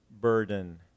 burden